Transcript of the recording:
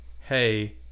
hey